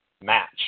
match